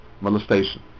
molestation